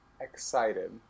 Excited